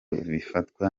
bifatwa